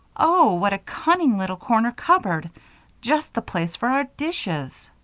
oh! what a cunning little corner cupboard just the place for our dishes.